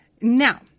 Now